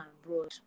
abroad